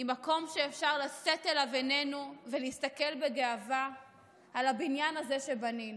עם מקום שאפשר לשאת אליו עינינו ולהסתכל בגאווה על הבניין הזה שבנינו,